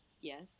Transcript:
Yes